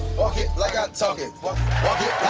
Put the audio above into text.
it, like i talk it walk walk it